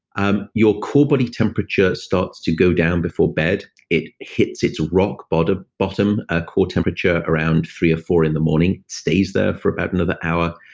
ah your body temperature starts to go down before bed. it hits its rock but ah bottom ah core temperature around three or four in the morning. stays there for about another hour,